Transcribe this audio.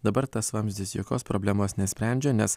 dabar tas vamzdis jokios problemos nesprendžia nes